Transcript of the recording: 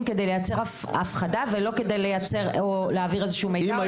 כדי לייצר הפחדה ולא כדי להעביר איזשהו מידע,